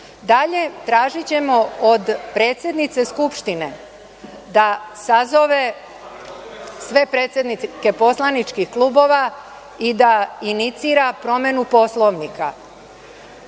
tražićemo od predsednice Skupštine da sazove sve predsednike poslaničkih klubova i da inicira promenu Poslovnika.